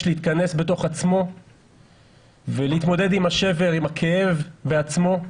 להתכנס בתוך עצמו ולהתמודד עם השבר ועם הכאב בעצמו.